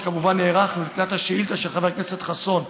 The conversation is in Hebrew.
שכמובן הערכנו לקראת השאילתה של חבר הכנסת חסון,